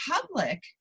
public